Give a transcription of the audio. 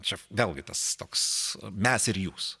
čia vėlgi tas toks mes ir jūs